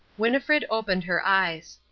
winnifred opened her eyes.